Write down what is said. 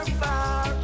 far